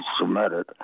submitted